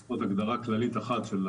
לפחות הגדרה כללית אחת.